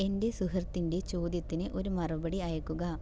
എൻ്റെ സുഹൃത്തിൻ്റെ ചോദ്യത്തിന് ഒരു മറുപടി അയയ്ക്കുക